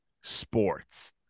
sports